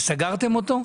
וסגרתם אותו?